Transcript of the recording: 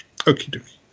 Okie